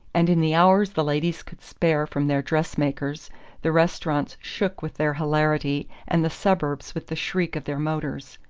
and in the hours the ladies could spare from their dress-makers the restaurants shook with their hilarity and the suburbs with the shriek of their motors.